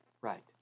Right